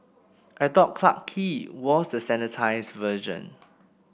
I thought Clarke Quay was the sanitised version